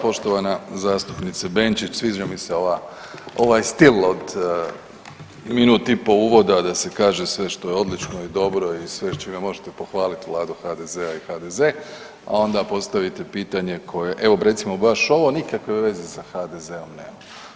Poštovana zastupnice Benčić, sviđa mi se ovaj stil od minut i pol uvoda da se kaže sve što je odlično i dobro i sve s čime možete pohvaliti Vladu HDZ-a i HDZ, a onda postaviti pitanje koje evo recimo baš ovo nikakve veze sa HDZ-om nema.